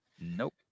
Nope